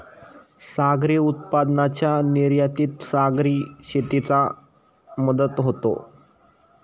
सागरी उत्पादनांच्या निर्यातीत सागरी शेतीची मदत होते